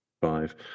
Five